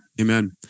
Amen